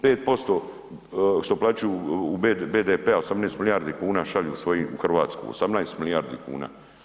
5% što uplaćuju BDP-a, 18 milijardi kuna šalju svojima u Hrvatsku, 18 milijardi kuna.